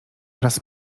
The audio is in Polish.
raz